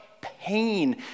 pain